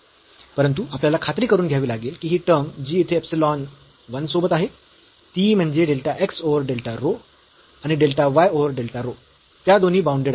परंतु आपल्याला खात्री करून घ्यावी लागेल की ही टर्म जी येथे इप्सिलॉन 1 सोबत आहे ती म्हणजे delta x over delta rho आणि delta y over delta rho त्या दोन्ही बाऊंडेड आहेत